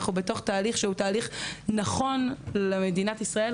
אנחנו בתוך תהליך שהוא נכון למדינת ישראל,